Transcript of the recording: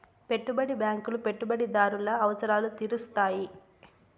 పెట్టుబడి బ్యాంకులు పెట్టుబడిదారుల అవసరాలు తీరుత్తాయి